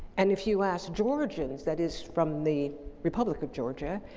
and if you ask georgians, that is from the republic of georgia,